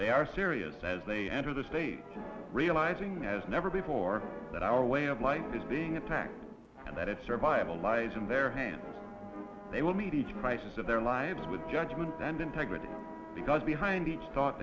they are serious as they enter the state realizing that as never before that our way of life is being attacked and that its survival lies in their hands they will meet each crisis of their lives with judgment and integrity because behind each thought